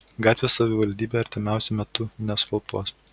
gatvės savivaldybė artimiausiu metu neasfaltuos